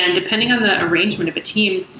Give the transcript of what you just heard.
and depending on that arrangement of a team,